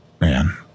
man